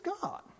God